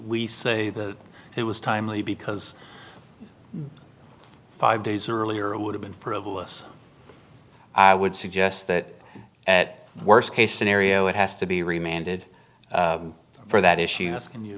we say it was timely because five days earlier would have been frivolous i would suggest that at worst case scenario it has to be reminded for that issue in us can you